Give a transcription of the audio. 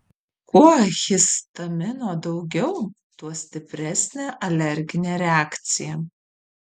kuo histamino daugiau tuo stipresnė alerginė reakcija